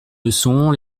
leçons